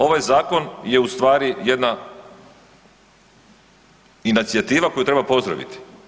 Ovaj zakon je ustvari jedna inicijativa koju treba pozdraviti.